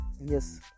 Yes